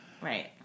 Right